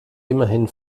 immerhin